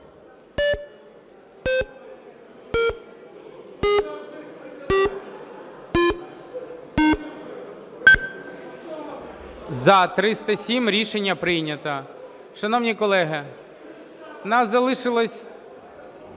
За-307 Рішення прийнято. Шановні колеги, у нас залишилось